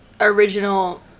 original